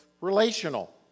relational